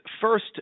first